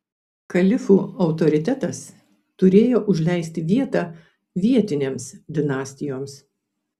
kalifų autoritetas turėjo užleisti vietą vietinėms dinastijoms